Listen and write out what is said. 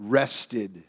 rested